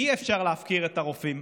אי-אפשר להפקיר את הרופאים,